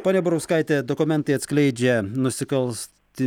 ponia burauskaite dokumentai atskleidžia nusikalsti